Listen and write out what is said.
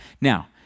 now